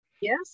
Yes